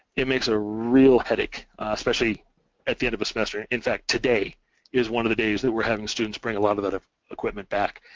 it makes a real headache, especially at the end of a semester, in fact, today is one of the days that we're having students bring a lot of that equipment back.